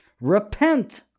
Repent